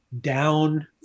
down